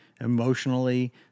emotionally